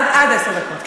עד עשר דקות.